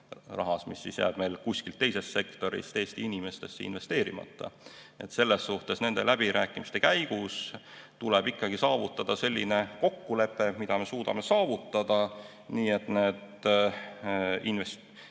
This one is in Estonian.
Rahas, mis siis jääb meil kuskil teises sektoris Eesti inimestesse investeerimata. Nii et nende läbirääkimiste käigus tuleb saavutada selline kokkulepe, mida me suudame saavutada, et see raha,